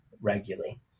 regularly